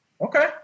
Okay